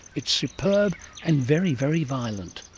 it's superb and very, very violent